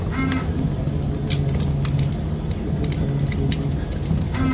কোন টাকা যদি লাগাং হই সেটোর দ্বারা যে রিস্ক থাকি